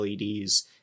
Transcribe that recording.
LEDs